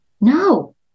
No